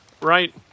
right